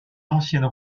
ancienne